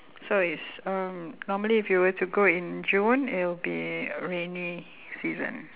so it's um normally if you were to go in june it'll be rainy season